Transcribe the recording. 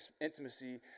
intimacy